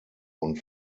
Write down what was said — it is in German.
und